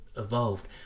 Evolved